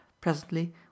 Presently